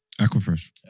Aquafresh